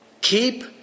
keep